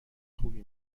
خوبی